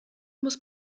muss